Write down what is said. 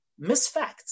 misfacts